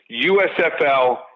USFL